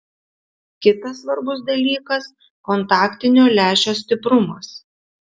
kitas svarbus dalykas kontaktinio lęšio stiprumas